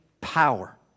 power